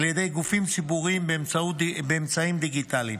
על ידי גופים ציבוריים באמצעים דיגיטליים,